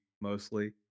mostly